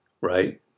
right